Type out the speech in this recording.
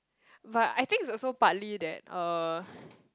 but I think it's also partly that uh